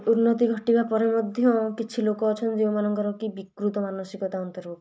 ଉନ୍ନତି ଘଟିବା ପରେ ମଧ୍ୟ କିଛି ଲୋକ ଅଛନ୍ତି ଯେଉଁମାନଙ୍କର କି ବିକୃତ ମାନସିକତା ଅନ୍ତର୍ଭୁକ୍ତ